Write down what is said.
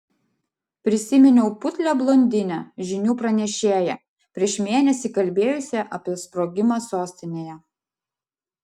prisiminiau putlią blondinę žinių pranešėją prieš mėnesį kalbėjusią apie sprogimą sostinėje